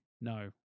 No